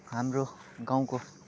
हाम्रो गाउँको